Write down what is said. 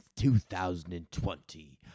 2020